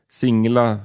singla